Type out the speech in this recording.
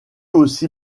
aussi